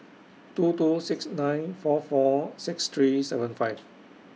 two two six nine four four six three seven five